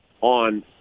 on